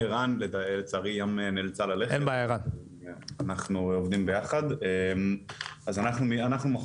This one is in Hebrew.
אנחנו מכון המחקר ומדיניות של Start-up Nation Central.